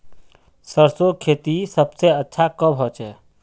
सरसों खेती सबसे अच्छा कब होचे?